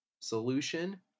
Solution